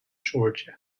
georgia